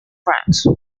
finance